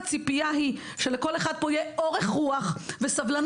הציפייה היא שלכל אחד פה יהיו אורך רוח וסבלנות